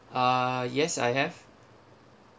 uh yes I have